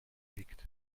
wiegt